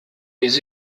des